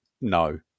no